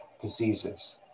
diseases